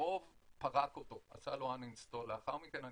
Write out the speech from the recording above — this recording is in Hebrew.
הרוב פרק אותו, עשה לו uninstall לאחר מכן.